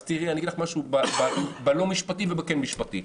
אני אגיד לך משהו לא משפטי וכן משפטי.